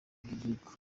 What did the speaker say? bw’igihugu